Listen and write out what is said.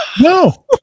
No